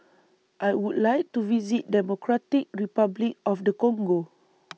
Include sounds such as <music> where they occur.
I Would like to visit Democratic Republic of The Congo <noise>